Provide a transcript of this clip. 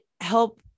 help